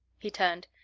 he turned.